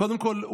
קודם כול,